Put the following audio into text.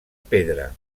pedra